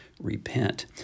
repent